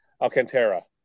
Alcantara